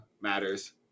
matters